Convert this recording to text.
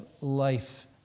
life